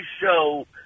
show